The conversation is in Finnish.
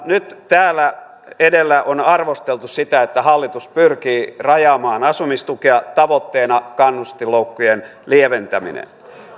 nyt täällä edellä on arvosteltu sitä että hallitus pyrkii rajaamaan asumistukea tavoitteenaan kannustinloukkujen lieventäminen